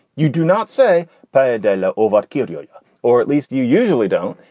you do not say pay a dollar over killelea or at least you usually don't.